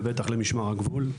ובטח למשמר הגבול.